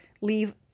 leave